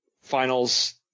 finals